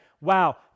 wow